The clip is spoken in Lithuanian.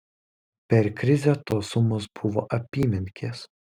per krizę tos sumos buvo apymenkės